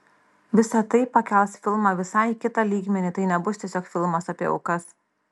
visa tai pakels filmą visai į kitą lygmenį tai nebus tiesiog filmas apie aukas